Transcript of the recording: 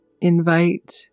invite